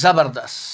زبردست